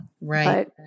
Right